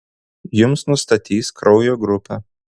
jums nustatys kraujo grupę